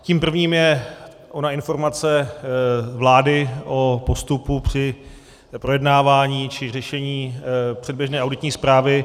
Tím prvním je ona informace vlády o postupu při projednávání či řešení předběžné auditní zprávy.